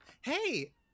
Hey